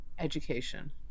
Education